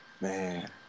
Man